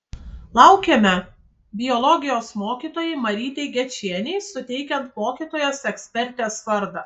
laukiame biologijos mokytojai marytei gečienei suteikiant mokytojos ekspertės vardą